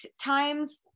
times